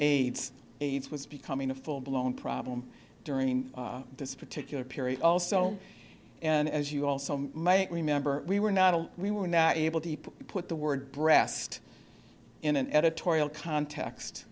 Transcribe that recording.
aids aids was becoming a full blown problem during this particular period also and as you also may remember we were not a we were not able to put the word breast in an editorial context